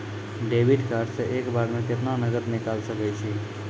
Debit card से एक बार मे केतना नगद निकाल सके छी?